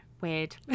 Weird